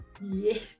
Yes